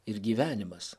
ir gyvenimas